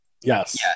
Yes